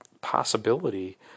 possibility